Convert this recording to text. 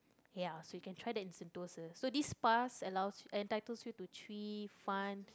ya so you can try that in Sentosa so this pass allows entitles you to three fun